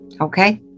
okay